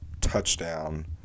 touchdown